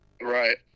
Right